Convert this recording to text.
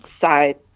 side